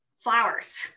flowers